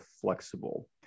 flexible